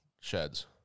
sheds